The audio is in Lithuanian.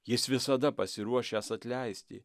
jis visada pasiruošęs atleisti